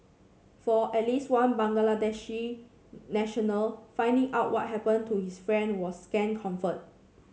for at least one Bangladeshi national finding out what happened to his friend was scant comfort